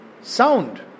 Sound